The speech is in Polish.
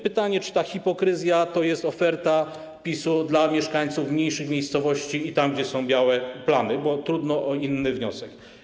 Pytanie, czy ta hipokryzja to oferta PiS dla mieszkańców mniejszych miejscowości i tych miejsc, gdzie są białe plamy, bo trudno o inny wniosek.